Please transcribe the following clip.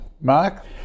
Mark